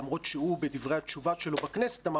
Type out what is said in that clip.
למרות שהוא בדברי התשובה שלו בכנסת אמר